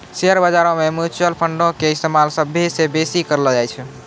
share बजारो मे mutual फंडो के इस्तेमाल सभ्भे से बेसी करलो जाय छै